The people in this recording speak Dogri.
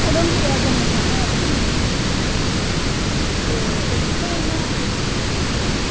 उधमपुरा जम्मू जाना होऐ ते फ्ही बस्सै उप्पर गै ते इत्थै इ'यां अग्गें पिच्छें जाना फ्ही आटो